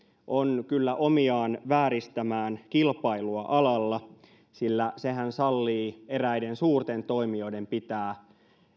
on kyllä omiaan vääristämään kilpailua alalla sillä sehän sallii eräiden suurten toimijoiden pitää